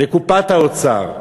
לקופת האוצר,